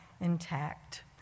intact